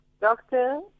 Doctor